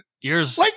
Years